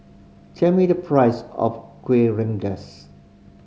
tell me the price of Kuih Rengas